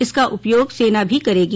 इसका उपयोग सेना भी करेगी